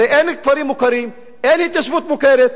הרי אין כפרים מוכרים, אין התיישבות מוכרת.